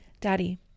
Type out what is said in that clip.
Daddy